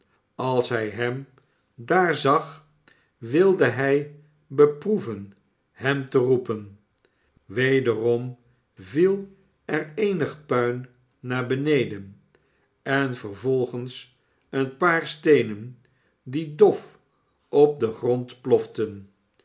als hij hem daar zag wilde hij beproeven hem te roepen wederom viel er eenig puin naar beneden en vervolgens een paar steenen die dof op den grond ploften